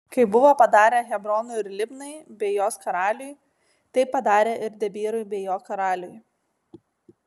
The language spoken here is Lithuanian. kaip buvo padarę hebronui ir libnai bei jos karaliui taip padarė ir debyrui bei jo karaliui